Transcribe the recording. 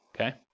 okay